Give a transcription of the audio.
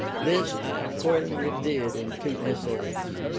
this i accordingly did in two essays,